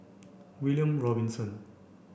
William Robinson